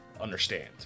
understand